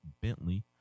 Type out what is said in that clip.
Bentley